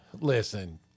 Listen